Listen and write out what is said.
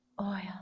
oil